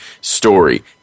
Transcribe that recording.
story